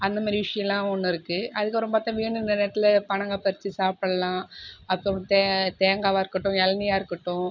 அந்த மாரி விஷயோலாம் ஒன்று இருக்கு அதற்கப்பறம் பார்த்தா வேணுன்ற நேரத்தில் பனங்காய் பறிச்சி சாப்புல்லாம் அப்புறம் தே தேங்காவாக இருக்கட்டும் இளநீயா இருக்கட்டும்